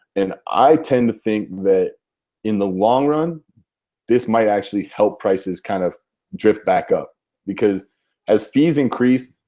and i tend to think that in the long run this might actually help prices kind of drift back up because as fees increase